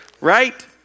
Right